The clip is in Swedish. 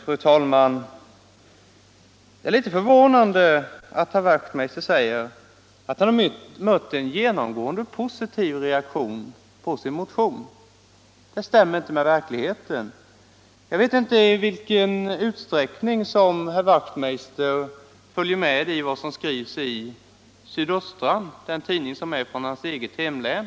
Fru talman! Det är litet förvånande att herr Wachtmeister i Johannishus säger att han har mött en genomgående positiv reaktion på sin motion. Det stämmer inte med verkligheten. Jag vet inte i vilken utsträckning som herr Wachtmeister följer med i vad som skrivs i Sydöstra Sveriges Dagblad — den tidning som är från hans eget hemlän.